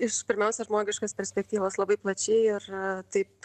iš pirmiausia žmogiškos perspektyvos labai plačiai ir taip